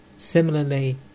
Similarly